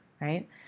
right